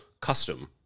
custom